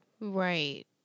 Right